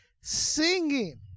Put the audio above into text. singing